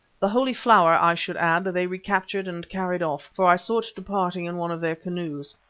the holy flower, i should add, they recaptured and carried off, for i saw it departing in one of their canoes.